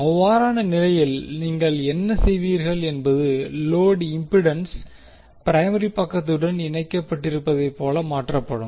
அவ்வாறான நிலையில் நீங்கள் என்ன செய்வீர்கள் என்பது லோடு இம்பிடன்ஸ் பிரைமரி பக்கத்துடன் இணைக்கப்பட்டிருப்பதைப் போல மாற்றப்படும்